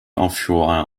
offshore